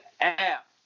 app